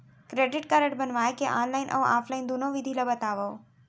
Credit card बनवाए के online अऊ ऑफलाइन दुनो विधि ला बतावव?